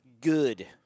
good